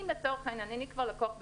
אם לצורך העניין אני כבר לקוח בבנק,